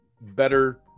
better